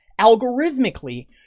algorithmically